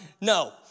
No